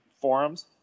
forums